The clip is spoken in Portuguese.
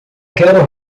quero